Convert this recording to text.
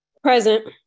Present